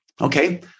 Okay